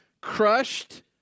crushed